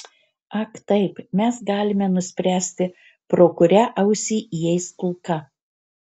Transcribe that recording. ak taip mes galime nuspręsti pro kurią ausį įeis kulka